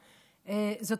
זאת,